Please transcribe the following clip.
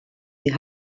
die